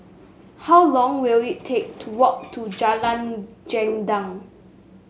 how long will it take to walk to Jalan Gendang